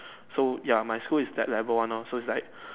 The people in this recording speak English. so ya my school is that level one lor so is like